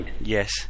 yes